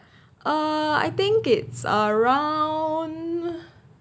uh I think it's around